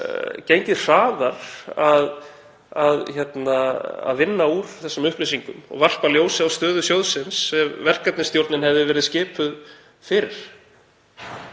gengið hraðar að vinna úr þessum upplýsingum og varpa ljósi á stöðu sjóðsins ef verkefnisstjórnin hefði verið skipuð fyrr